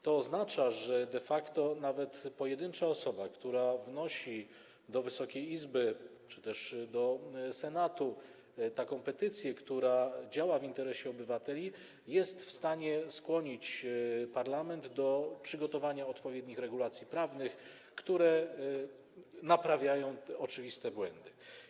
To oznacza, że de facto nawet pojedyncza osoba, która wnosi do Wysokiej Izby czy też do Senatu taką petycję, która działa w interesie obywateli, jest w stanie skłonić parlament do przygotowania odpowiednich regulacji prawnych, które naprawiają oczywiste błędy.